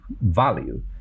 value